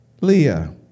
Leah